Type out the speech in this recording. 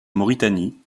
mauritanie